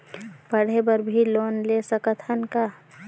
पढ़े बर भी लोन ले सकत हन का?